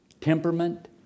temperament